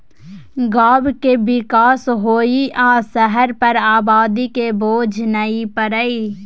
गांव के विकास होइ आ शहर पर आबादी के बोझ नइ परइ